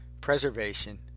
preservation